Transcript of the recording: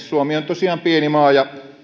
suomi on tosiaan pieni maa ja